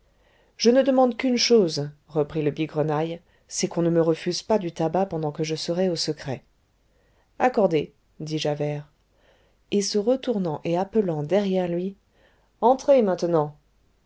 je ne demande qu'une chose reprit le bigrenaille c'est qu'on ne me refuse pas du tabac pendant que je serai au secret accordé dit javert et se retournant et appelant derrière lui entrez maintenant